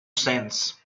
sense